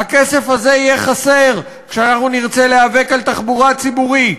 הכסף הזה יהיה חסר כשאנחנו נרצה להיאבק על תחבורה ציבורית.